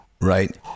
Right